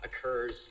occurs